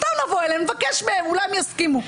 סתם לבוא ולבקש מהם, אולי הם יסכימו.